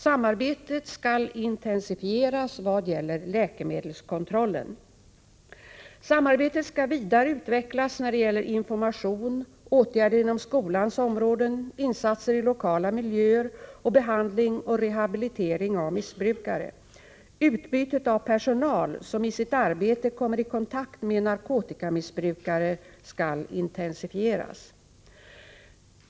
Samarbetet skall intensifieras vad gäller läkemedelskontrollen. Samarbetet skall vidare utvecklas när det gäller information, åtgärder inom skolans områden, insatser i lokala miljöer och behandling och rehabilitering av missbrukare. Utbytet av personal som i sitt arbete kommer i kontakt med narkotikamissbrukare skall intensifieras.